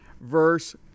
verse